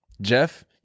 Jeff